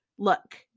Look